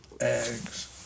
eggs